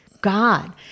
God